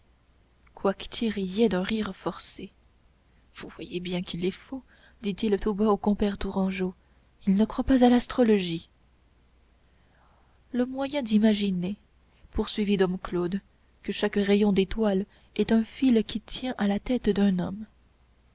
coictier riait d'un rire forcé vous voyez bien qu'il est fou dit-il tout bas au compère tourangeau il ne croit pas à l'astrologie le moyen d'imaginer poursuivit dom claude que chaque rayon d'étoile est un fil qui tient à la tête d'un homme